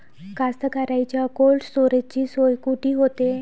कास्तकाराइच्या कोल्ड स्टोरेजची सोय कुटी होते?